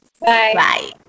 Bye